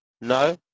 No